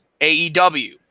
AEW